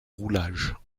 roulage